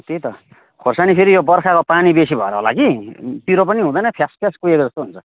त्यही त खोर्सानी फेरि यो बर्खाको पानी बेसी भएर होला कि पिरो पनि हुँदैन फ्यास फ्यास कुहे जस्तो हुन्छ